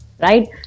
Right